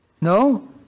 No